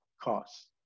cost